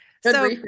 So-